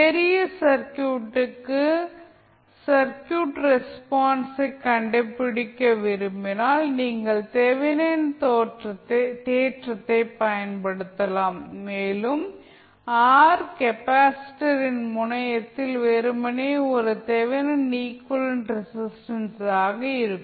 பெரிய சர்க்யூட்டுக்கு சர்க்யூட் ரெஸ்பான்ஸை கண்டுபிடிக்க விரும்பினால் நீங்கள் தெவெனின் தேற்றத்தைப் பயன்படுத்தலாம் மேலும் ஆர் கெப்பாசிட்டரின் முனையத்தில் வெறுமனே ஒரு தெவெனின் ஈகுவலன்ட் ரெசிஸ்டன்ஸாக இருக்கும்